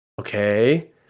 okay